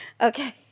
Okay